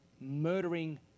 murdering